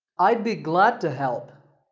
i'd be glad to help.